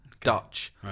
Dutch